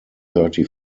thirty